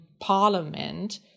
Parliament